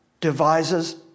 devises